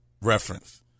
reference